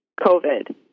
COVID